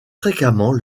fréquemment